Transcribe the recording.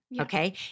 Okay